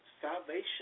salvation